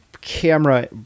camera